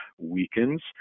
weakens